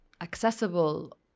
accessible